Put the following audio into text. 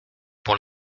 pour